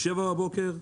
ב-7:00 בבוקר,